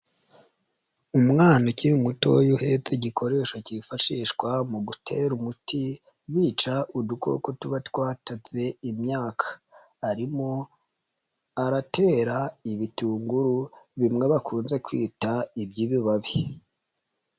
Umwana ukiri muto iyo uhetse igikoresho kifashishwa mu gutera umuti bica udukoko tuba twatatse imyaka arimo aratera ibitunguru bimwe bakunze kwita iby'ibibabi.